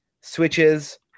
switches